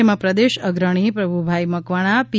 જેમાં પ્રદેશ અગ્રણી પ્રભુભાઈ મકવાણા પી